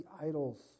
idols